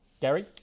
Gary